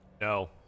No